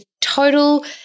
total